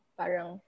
parang